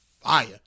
fire